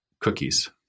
cookies